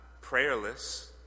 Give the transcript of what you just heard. prayerless